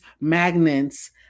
magnets